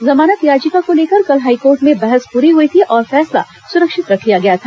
जमानत याचिका को लेकर कल हाईकोर्ट में बहस पूरी हुई थी और फैसला सुरक्षित रख लिया गया था